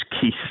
Keith